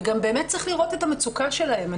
צריך לראות גם את המצוקה שלהם.